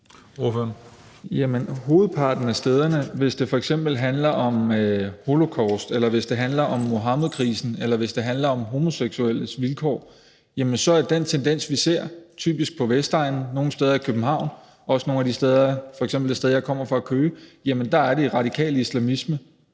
hovedparten af det, hvis det f.eks. handler om holocaust eller det handler om Muhammedkrisen eller det handler om homoseksuelles vilkår, er den tendens, vi ser, typisk på Vestegnen, nogle steder i København og også nogle steder som f.eks. det sted, jeg kommer fra, Køge, at det er radikal islamisme